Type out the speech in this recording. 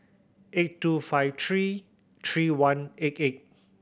eight two five three three one eight eight